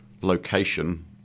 location